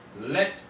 Let